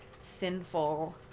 sinful